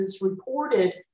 reported